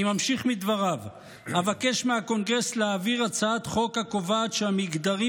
אני ממשיך בדבריו: אבקש מהקונגרס להעביר הצעת חוק הקובעת שהמגדרים